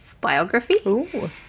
biography